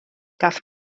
gall